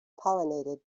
pollinated